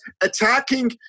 attacking